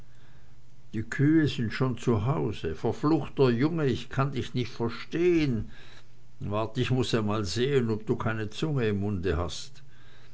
die kühe sind schon zu hause verfluchter junge ich kann dich nicht verstehen wart ich muß einmal sehen ob du keine zunge im munde hast